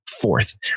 fourth